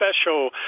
special